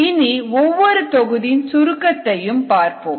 இனி ஒவ்வொரு தொகுதியின் சுருக்கத்தையும் பார்ப்போம்